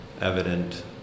evident